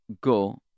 go